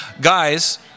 guys